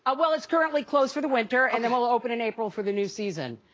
ah well it's currently closed for the winter and then we'll open in april for the new season,